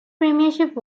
premiership